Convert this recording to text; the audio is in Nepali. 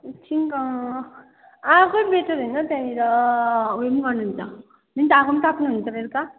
एकछिन त आगै बेटर होइन त्यहाँनिर उयो पनि गर्नुहुन्छ मिन्स आगो पनि ताप्नुहुन्छ बेलुका